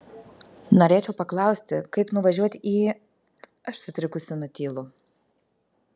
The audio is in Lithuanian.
norėčiau paklausti kaip nuvažiuoti į aš sutrikusi nutylu